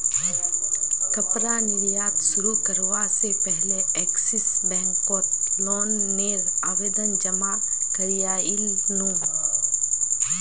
कपड़ा निर्यात शुरू करवा से पहले एक्सिस बैंक कोत लोन नेर आवेदन जमा कोरयांईल नू